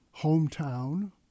hometown